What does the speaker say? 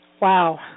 Wow